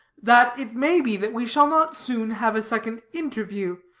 that it may be that we shall not soon have a second interview,